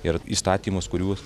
ir įstatymus kuriuos